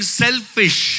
selfish